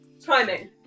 timing